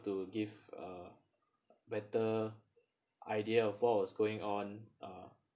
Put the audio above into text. to give a better idea of what was going on uh